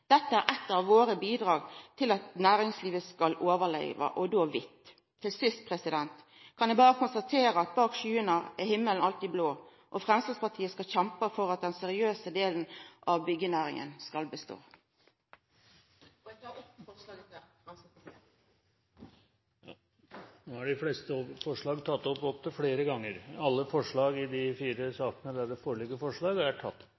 Dette er eit av våre bidrag til næringslivet skal overleva – og då kvitt. Til sist kan eg berre konstatera: Bak skyene er himmelen alltid blå, og Framstegspartiet skal kjempa for at den seriøse delen av byggenæringa skal bestå. De talere som heretter får ordet, har en taletid på inntil 3 minutter. Me har fleire gonger i denne perioden diskutert både ROS og ROT, skattefrådrag for handverkstenester og serviceoppdrag i eigen bustad og fritidsbustad. I år er